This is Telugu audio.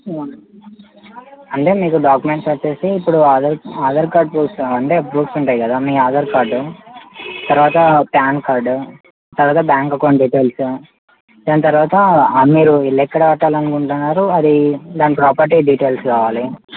అంటే మీకు డాక్యుమెంట్స్ వచ్చేసి ఇప్పుడు ఆధార్ ఆధార్ కార్డు ప్రూఫ్స్ ఉంటాయి కదా మీ ఆధార్ కార్డు తర్వాత పాన్ కార్డు తర్వాత బ్యాంక్ ఎకౌంట్ డీటెయిల్స్ దాని తర్వాత మీరు ఇల్లు ఎక్కడ కట్టాలి అనుకుంటున్నారో అది దాని ప్రాపర్టీ డీటెయిల్స్ కావాలి